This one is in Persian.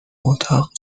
اتاق